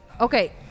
Okay